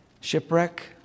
shipwreck